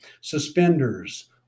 suspenders